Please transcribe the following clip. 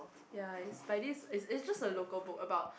ya is by this is is just a local book about